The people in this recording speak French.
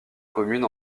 commune